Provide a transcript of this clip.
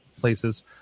places